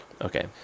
okay